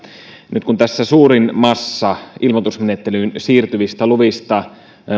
nyt kun tässä suurin massa ilmoitusmenettelyyn siirtyvistä luvista